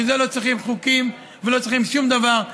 בשביל זה לא צריך חוקים ולא צריכים שום דבר.